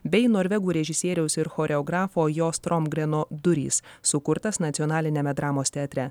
bei norvegų režisieriaus ir choreografo jo stromgreno durys sukurtas nacionaliniame dramos teatre